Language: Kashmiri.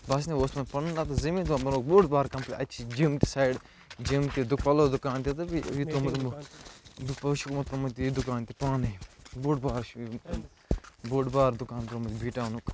اوس مےٚ پَنُن نَہ تہٕ زٔمیٖن تِمو بنووُکھ بوٚڑ بار کَمپل اَتہِ چھُ جِم تہِ سایڈٕ جِم تہِ دُو پَلوٚو دُکان تہِ تہٕ بیٚیہِ چھُ تِمو ترٛومُت یہِ دُکان تہِ پانٔے بوٚڑ بارٕ چھُ یہِ بوٚڑ بارٕ دُکان ترٛومُت بی ٹاونُک